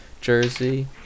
jersey